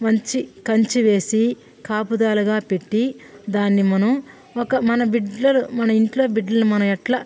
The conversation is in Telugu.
మంచి కంచి వేసి కాపుదలగా పెట్టి దాన్ని మనం ఒక మన బిడ్డలు మన ఇంట్లో బిడ్డలను మనం ఎట్లా